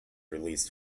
released